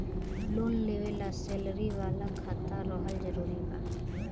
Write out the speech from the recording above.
Loan लेवे ला salary वाला खाता रहल जरूरी बा?